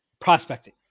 prospecting